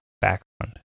background